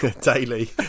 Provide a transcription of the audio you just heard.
daily